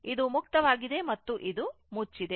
ಇದು ಮುಕ್ತವಾಗಿದೆ ಮತ್ತು ಇದು ಮುಚ್ಚಿದೆ